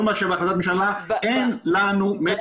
כל מה שבהחלטת ממשלה אין לנו --- על